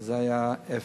זה היה אפס.